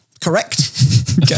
correct